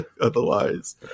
Otherwise